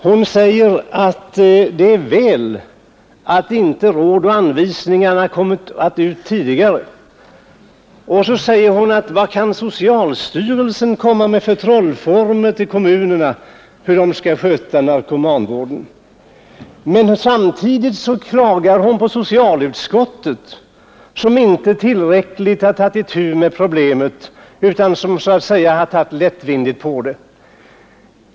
Hon säger att det är väl att råden och anvisningarna inte kom ut tidigare, och hon frågar: Vad kan socialstyrelsen komma med för trollformel till kommunerna för hur de skall sköta narkomanvården? Samtidigt klagar fru Eriksson på socialutskottet, som inte tillräckligt tagit itu med problemet utan så att säga tagit lättvindigt på det.